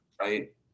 right